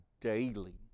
daily